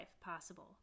possible